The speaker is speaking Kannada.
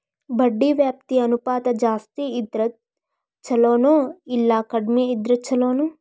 ಬಡ್ಡಿ ವ್ಯಾಪ್ತಿ ಅನುಪಾತ ಜಾಸ್ತಿ ಇದ್ರ ಛಲೊನೊ, ಇಲ್ಲಾ ಕಡ್ಮಿ ಇದ್ರ ಛಲೊನೊ?